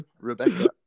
Rebecca